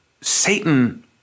Satan